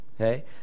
Okay